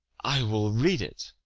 i will read it.